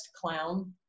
clown